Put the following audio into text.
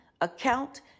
account